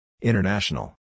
International